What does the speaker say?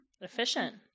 Efficient